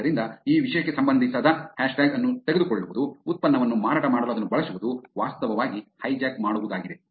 ಆದ್ದರಿಂದ ಈ ವಿಷಯಕ್ಕೆ ಸಂಬಂಧಿಸದ ಹ್ಯಾಶ್ಟ್ಯಾಗ್ ಅನ್ನು ತೆಗೆದುಕೊಳ್ಳುವುದು ಉತ್ಪನ್ನವನ್ನು ಮಾರಾಟ ಮಾಡಲು ಅದನ್ನು ಬಳಸುವುದು ವಾಸ್ತವವಾಗಿ ಹೈಜಾಕ್ ಮಾಡುವುದಾಗಿದೆ